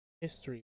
history